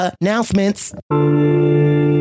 announcements